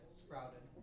sprouted